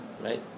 right